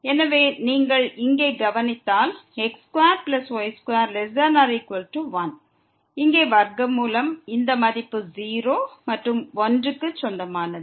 எனவே நீங்கள் இங்கே கவனித்தால் x2y2≤1 இங்கே வர்க்கமூலம் இந்த மதிப்பு 0 மற்றும் 1 க்கு சொந்தமானது